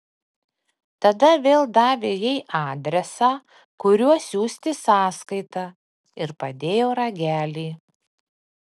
tada vėl davė jai adresą kuriuo siųsti sąskaitą ir padėjo ragelį